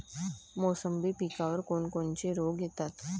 मोसंबी पिकावर कोन कोनचे रोग येतात?